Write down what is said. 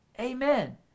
Amen